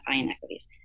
inequities